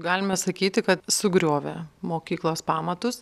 galime sakyti kad sugriovė mokyklos pamatus